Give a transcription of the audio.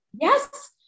Yes